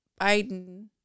Biden